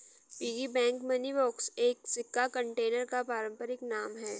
piggy bank money box एक सिक्का container का पारंपरिक नाम है